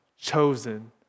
chosen